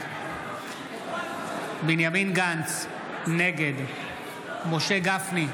בעד בנימין גנץ, נגד משה גפני,